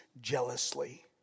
jealously